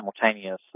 simultaneous